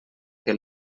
que